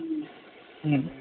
હમ